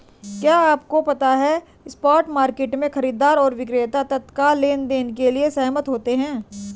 क्या आपको पता है स्पॉट मार्केट में, खरीदार और विक्रेता तत्काल लेनदेन के लिए सहमत होते हैं?